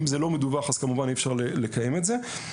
אם זה לא מדווח אז כמובן אי-אפשר לקיים את זה.